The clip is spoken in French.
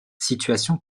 situation